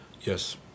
Yes